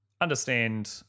understand